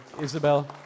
Isabel